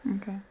Okay